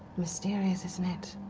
mysterious, isn't it?